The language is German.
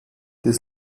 des